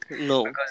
No